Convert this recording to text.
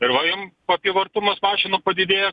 ir va jum apyvartumas mašinų padidės